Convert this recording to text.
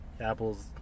Apple's